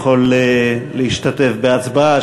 יכול להשתתף בהצבעה,